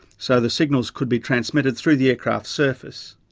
so the signals could be transmitted through the aircraft's surface.